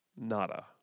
nada